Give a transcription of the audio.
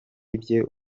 yibye